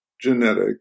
genetic